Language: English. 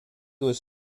was